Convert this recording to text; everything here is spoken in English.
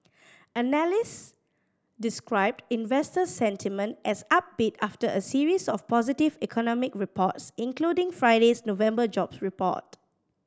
analyst described investor sentiment as upbeat after a series of positive economic reports including Friday's November jobs report